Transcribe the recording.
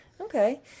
Okay